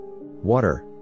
Water